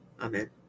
Amen